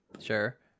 sure